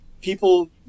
People